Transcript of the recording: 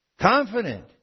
confident